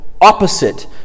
opposite